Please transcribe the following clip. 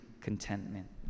contentment